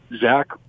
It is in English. Zach